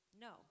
No